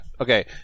Okay